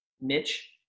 Mitch